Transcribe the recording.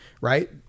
right